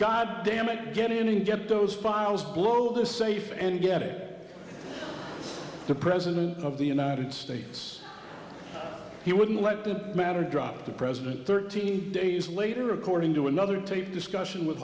goddammit get in and get those files blow the safe and get the president of the united states he wouldn't let the matter drop the president thirteen days later according to another tape discussion with